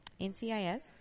NCIS